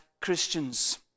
Christians